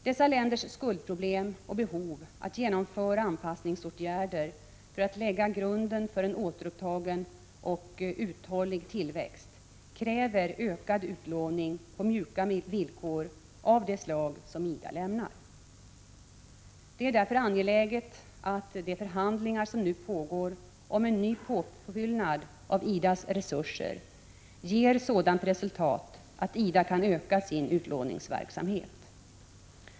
Dessa länders skuldproblem och behov att genomföra anpassningsåtgärder för att lägga grunden för en återupptagen och uthållig tillväxt kräver ökad utlåning på mjuka villkor av det slag som IDA lämnar. Det är därför angeläget att de förhandlingar som nu pågår om en ny påfyllnad av IDA:s resurser ger sådant resultat att IDA kan öka sin utlåningsverksamhet.